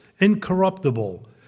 incorruptible